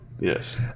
Yes